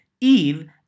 Eve